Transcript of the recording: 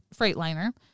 Freightliner